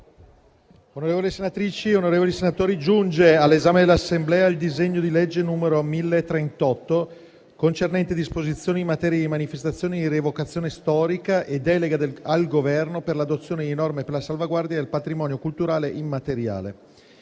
Presidente, onorevoli colleghi, giunge all'esame dell'Assemblea il disegno di legge n. 1038, recante disposizioni in materia di manifestazioni di rievocazione storica e delega al Governo per l'adozione di norme per la salvaguardia del patrimonio culturale immateriale.